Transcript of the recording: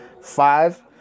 five